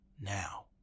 now